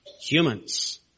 humans